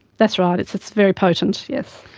that's right, it's it's very potent, yes.